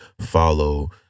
follow